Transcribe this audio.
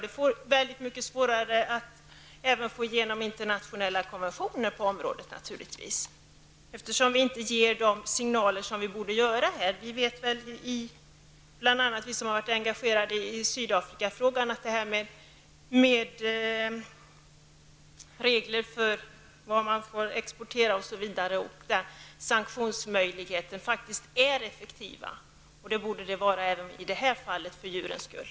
Det blir naturligtvis då också svårare att få igenom internationella konventioner på området, eftersom vi inte ger de signaler som vi borde ge. Vi som har varit engagerade i Sydafrikafrågan vet att regler för vad man får exportera och sanktioner faktiskt är effektiva. Det borde de vara även i det här fallet, för djurens skull.